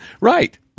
right